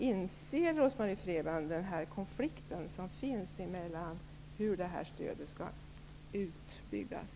Inser Rose Marie Frebran att det finns en konflikt i förslaget till hur stödet skall utformas?